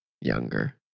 younger